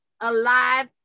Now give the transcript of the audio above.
alive